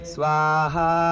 Swaha